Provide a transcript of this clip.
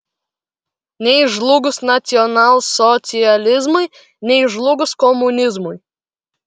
nei žlugus nacionalsocializmui nei žlugus komunizmui